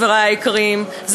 חברי היקרים,